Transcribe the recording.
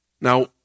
Now